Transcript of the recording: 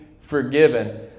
forgiven